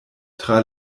tra